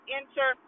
enter